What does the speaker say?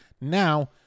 Now